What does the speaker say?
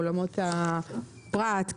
עולמות הפרט,